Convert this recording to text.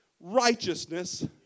righteousness